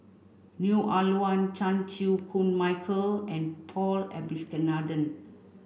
Neo Ah Luan Chan Chew Koon Michael and Paul Abisheganaden